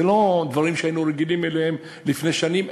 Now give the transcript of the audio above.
אלה לא דברים שהיינו רגילים אליהם לפני שנים.